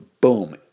Boom